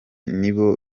nibo